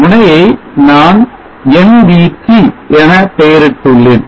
முனையை நான் nVt என பெயரிட்டு உள்ளேன்